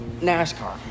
NASCAR